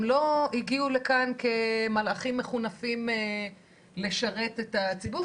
הם לא הגיעו לכאן כמלאכים מכונפים לשרת את הציבור,